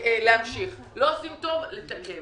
להמשיך, ואם לא עושים טוב, לתקן.